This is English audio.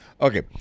Okay